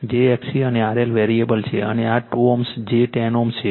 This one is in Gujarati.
j XC અને RL વેરીએબલ છે અને આ 2 Ω j 10 Ω છે